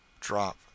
drop